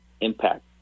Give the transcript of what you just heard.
impact